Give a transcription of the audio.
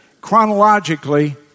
chronologically